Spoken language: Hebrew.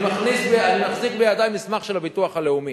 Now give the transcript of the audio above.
אני מחזיק בידי מסמך של הביטוח הלאומי.